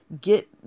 get